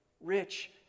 Rich